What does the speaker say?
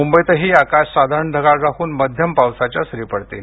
मुंबईतही आकाश साधारण ढगाळ राहून मध्यम पावसाच्या सरी पडतील